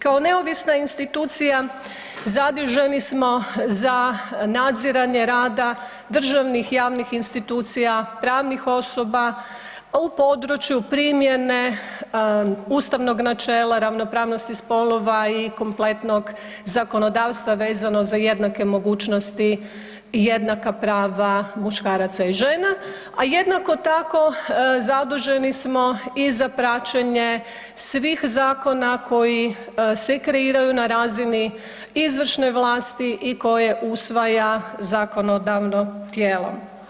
Kao neovisna institucija zaduženi smo za nadziranje rada državnih i javnih institucija, pravnih osoba u području primjene ustavnog načela ravnopravnosti spolova i kompletnog zakonodavstva vezano za jednake mogućnosti, jednaka prava muškaraca i žena, a jednako tako, zaduženi smo i za praćenje svih zakona koji se kreiraju na razini izvršne vlasti i koje usvaja zakonodavno tijelo.